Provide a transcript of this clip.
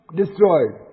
destroyed